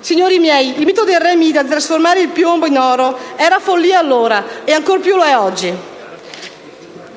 Signori miei, il mito del re Mida di trasformare il piombo in oro era follia allora e lo è ancora di più oggi.